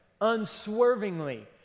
unswervingly